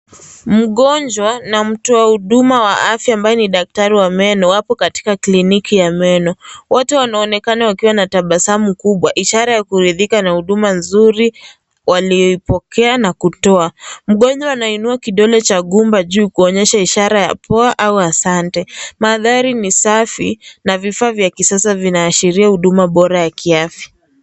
Mgonjwa na mtu wa huduma wa afya ambaye ni daktari wa meno wapo katika kliniki ya meno. Wote wanaonekana wakiwa na tabasamu kubwa, ishara ya kuridhika na huduma nzuri walipokea na kutoa. Mgonjwa anainua kidole cha gumba juu kuonyesha ishara ya poa au asante. Mandhari ni safi na vifaa vya kisasa vinaashiria huduma bora ya kiafya.